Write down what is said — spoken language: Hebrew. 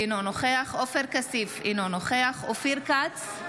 אינו נוכח עופר כסיף, אינו נוכח אופיר כץ,